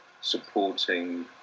supporting